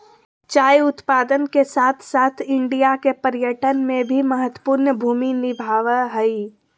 चाय उत्पादन के साथ साथ इंडिया के पर्यटन में भी महत्वपूर्ण भूमि निभाबय हइ